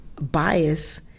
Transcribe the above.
bias